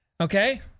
okay